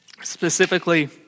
specifically